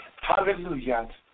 Hallelujah